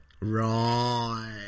Right